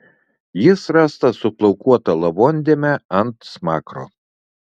jis rastas su plaukuota lavondėme ant smakro